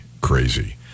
crazy